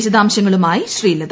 വിശദാംശങ്ങളുമായി ശ്രീലത